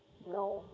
no